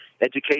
Education